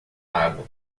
água